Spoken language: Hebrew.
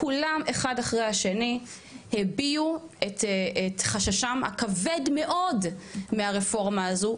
כולם אחד אחרי השני הביעו את חששם הכבד מאוד מהרפורמה הזו,